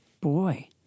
boy